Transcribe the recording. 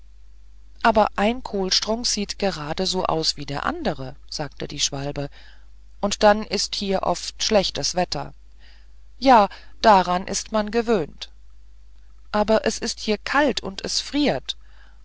aber ein kohlstrunk sieht gerade so aus wie der andere sagte die schwalbe und dann ist hier oft schlechtes wetter ja daran ist man gewöhnt aber hier ist es kalt es friert